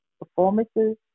performances